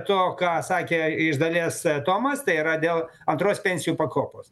to ką sakė iš dalies tomas yra dėl antros pensijų pakopos